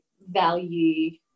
value